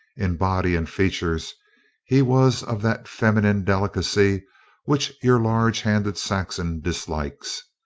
in body and features he was of that feminine delicacy which your large-handed saxon dislikes,